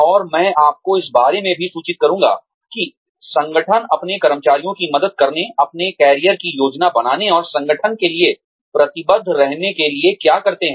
और मैं आपको इस बारे में भी सूचित करूँगा कि संगठन अपने कर्मचारियों की मदद करने अपने करियर की योजना बनाने और संगठन के लिए प्रतिबद्ध रहने के लिए क्या करते हैं